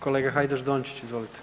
Kolega Hajdaš Dončić, izvolite.